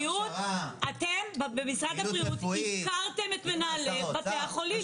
אתם במשרד הבריאות הפקרתם את מנהלי בתי החולים,